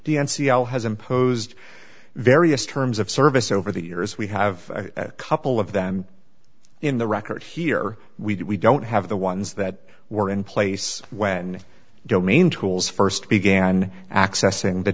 n c l has imposed various terms of service over the years we have a couple of them in the record here we don't have the ones that were in place when domain tools st began accessing the